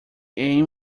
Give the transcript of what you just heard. aim